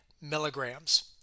milligrams